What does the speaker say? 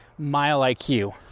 MileIQ